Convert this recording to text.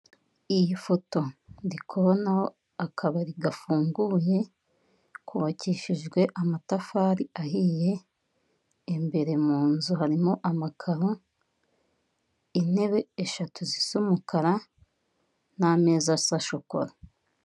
Iyi foto ndi kubonaho akabari gafunguye kubakishijwe amatafari ahiye, imbere mu nzu harimo amakaro, intebe eshatu zisa umukara n'ameza asa shokora.